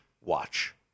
watch